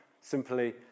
simply